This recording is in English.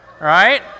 right